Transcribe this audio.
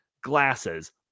glasses